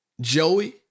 Joey